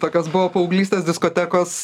tokios buvo paauglystės diskotekos